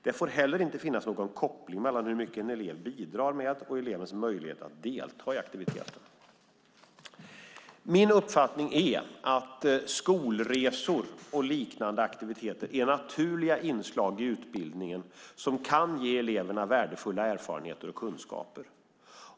Det får heller inte finns någon koppling mellan hur mycket en elev bidrar med och elevens möjligheter att få delta i aktiviteten. Min uppfattning är att skolresor och liknande aktiviteter är naturliga inslag i utbildningen som kan ge eleverna värdefulla erfarenheter och kunskaper.